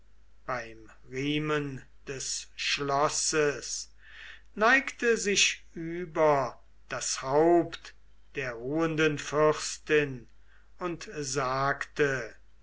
beim riemen des schlosses neigte sich über das haupt der ruhenden fürstin und sagte